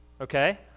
Okay